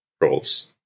roles